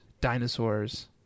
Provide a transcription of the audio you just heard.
dinosaurs